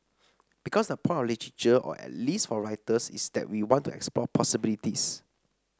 because the point of literature or at least for writers is that we want to explore possibilities